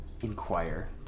inquire